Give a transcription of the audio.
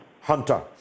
Hunter